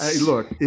Look